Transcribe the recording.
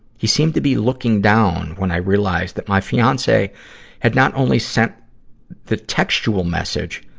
he seemed to be looking down, when i realized that my fiance had not only sent the textual message,